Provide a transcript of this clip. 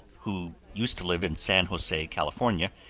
who used to live in san jose, california,